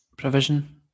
provision